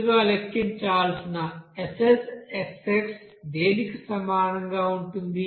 ముందుగా లెక్కించాల్సిన SSxx దేనికి సమానంగా ఉంటుంది